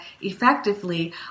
effectively